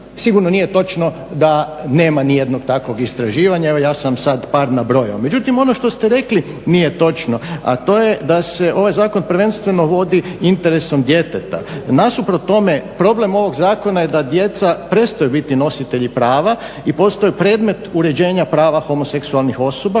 sigurno nije točno da nema nijednog takvog istraživanja, evo ja sam sada par nabrojao. Međutim ono što ste rekli nije točno, a to je da se ovaj zakon prvenstveno vodi interesom djeteta. Nasuprot tome problem ovog zakona da djeca prestaju biti nositelji prava i postaju predmet uređenja prava homoseksualnih osoba